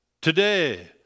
today